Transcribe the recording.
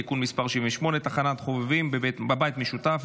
(תיקון מס' 78) (תחנת חובבים בבית משותף),